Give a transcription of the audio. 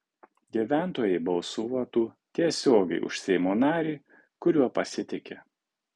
gyventojai balsuotų tiesiogiai už seimo narį kuriuo pasitiki